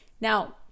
Now